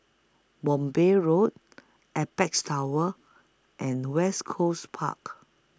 Mowbray Road Apex Tower and West Coast Park